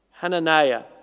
Hananiah